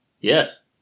Yes